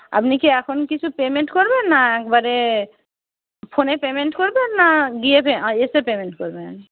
আপনি কি এখন কিছু পেমেন্ট করবেন না একবারে ফোনে পেমেন্ট করবেন না গিয়ে এসে পেমেন্ট করবেন